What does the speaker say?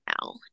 now